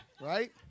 right